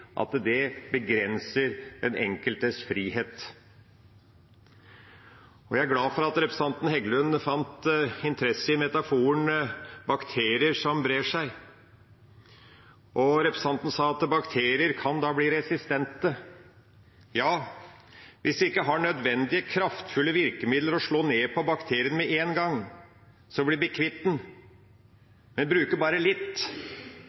at det begrenser den enkeltes frihet. Jeg er glad for at representanten Heggelund fant interesse i metaforen «bakterier som brer seg». Representanten sa at bakterier kan bli resistente. Ja, hvis vi ikke har nødvendige, kraftfulle virkemidler til å slå ned på bakterien med en gang så vi blir kvitt den, men bruker bare litt,